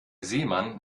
seemann